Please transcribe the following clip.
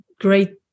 great